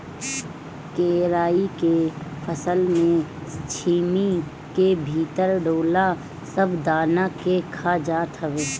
केराई के फसल में छीमी के भीतर ढोला सब दाना के खा जात हवे